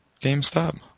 gamestop